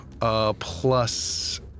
plus